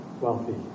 wealthy